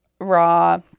raw